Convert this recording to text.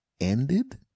ended